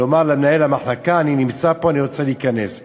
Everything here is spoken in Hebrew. לומר למנהל המחלקה: אני נמצא פה, אני רוצה להיכנס.